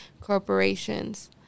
corporations